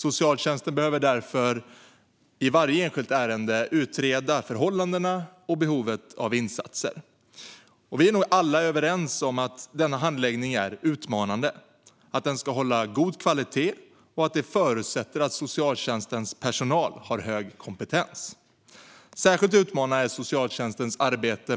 Socialtjänsten behöver därför i varje enskilt ärende utreda förhållandena och behovet av insatser. Vi är nog alla överens om att denna handläggning är utmanande, att den ska hålla god kvalitet och att det förutsätter att socialtjänstens personal har hög kompetens. Särskilt utmanande är socialtjänstens arbete